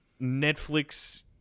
Netflix